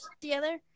together